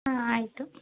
ಹಾಂ ಆಯಿತು